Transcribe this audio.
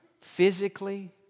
physically